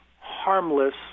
harmless